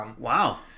Wow